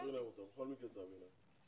תעביר להם אותה, בכל מקרה תעביר להם.